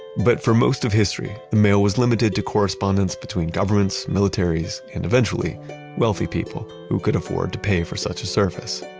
but for most of history the mail was limited to correspondence between governments, militaries, and eventually wealthy people who could afford to pay for such a service.